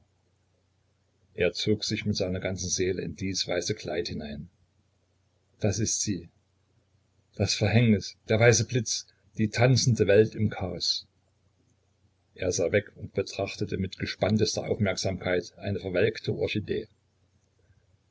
er sog sich mit seiner ganzen seele in dies weiße kleid hinein das ist sie das verhängnis der weiße blitz die tanzende welt im chaos er sah weg und betrachtete mit gespanntester aufmerksamkeit eine verwelkte orchidee